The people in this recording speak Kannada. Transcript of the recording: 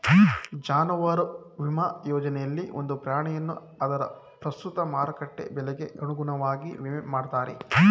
ಜಾನುವಾರು ವಿಮಾ ಯೋಜನೆಯಲ್ಲಿ ಒಂದು ಪ್ರಾಣಿಯನ್ನು ಅದರ ಪ್ರಸ್ತುತ ಮಾರುಕಟ್ಟೆ ಬೆಲೆಗೆ ಅನುಗುಣವಾಗಿ ವಿಮೆ ಮಾಡ್ತಾರೆ